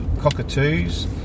Cockatoos